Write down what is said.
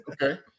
Okay